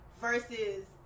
versus